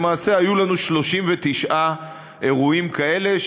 למעשה היו לנו 39 אירועים כאלה,